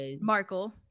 Markle